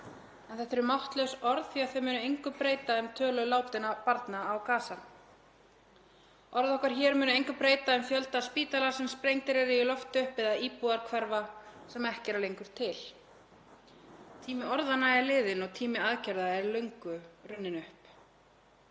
en þetta eru máttlaus orð því að þau munu engu breyta um tölu látinna barna á Gaza. Orð okkar hér munu engu breyta um fjölda spítala sem sprengdir eru í loft upp eða íbúðahverfa sem ekki eru lengur til. Tími orðanna er liðinn og tími aðgerða er löngu runninn upp.